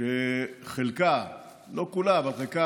ואני לא יודע מעבר לזה,